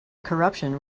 corruption